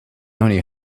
only